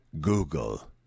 Google